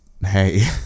hey